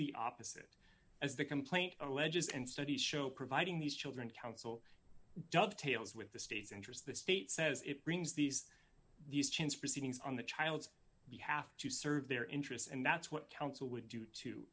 the opposite as the complaint alleges and studies show providing these children counsel dovetails with the state's interest the state says it brings these these chance proceedings on the child's behalf to serve their interests and that's what counsel would do too